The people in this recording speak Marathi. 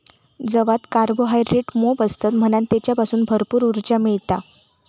जवात कार्बोहायड्रेट मोप असतत म्हणान तेच्यासून भरपूर उर्जा मिळता